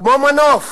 כמו מנוף